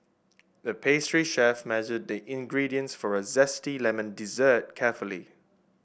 the pastry chef measured the ingredients for a zesty lemon dessert carefully